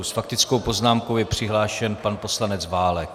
S faktickou poznámkou je přihlášen pan poslanec Válek.